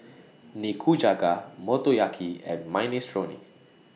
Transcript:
Nikujaga Motoyaki and Minestrone